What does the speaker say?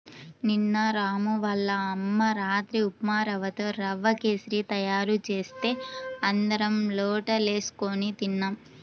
నిన్న రాము వాళ్ళ అమ్మ రాత్రి ఉప్మారవ్వతో రవ్వ కేశరి తయారు చేస్తే అందరం లొట్టలేస్కొని తిన్నాం